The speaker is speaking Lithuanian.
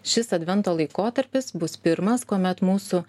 šis advento laikotarpis bus pirmas kuomet mūsų